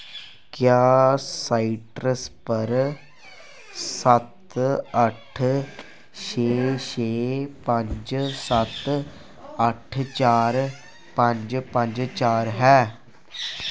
क्या साइट्रस पर सत्त अट्ठ छे छे पंज सत्त अट्ठ चार पंज पंज चार है